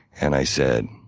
and i said,